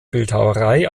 bildhauerei